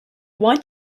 want